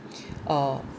uh